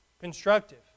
constructive